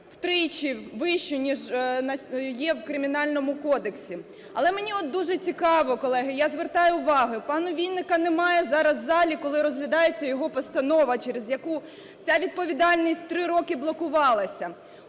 втричі вищу, ніж є в Кримінальному кодексі. Але мені от дуже цікаво, колеги, я звертаю увагу, пана Вінника немає зараз в залі, коли розглядається його постанова, через яку ця відповідальність три роки блокувалась.